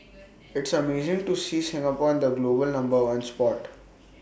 it's amazing to see Singapore in the global number on spot